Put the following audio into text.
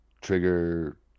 Trigger